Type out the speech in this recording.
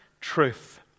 truth